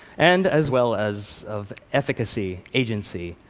and, as well, as of efficacy, agency.